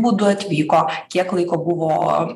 būdu atvyko kiek laiko buvo